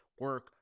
Work